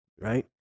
right